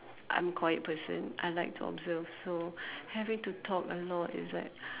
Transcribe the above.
I'm quiet person I like to observe so having to talk a lot is like